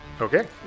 Okay